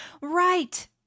Right